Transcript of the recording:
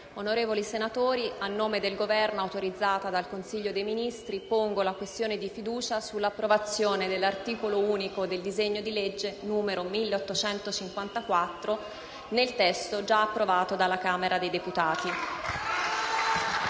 onorevoli senatori, a nome del Governo, autorizzata dal Consiglio dei ministri, pongo la questione di fiducia sull'approvazione dell'articolo unico del disegno di legge n. 1854, nel testo già approvato dalla Camera dei deputati.